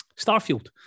Starfield